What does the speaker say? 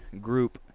group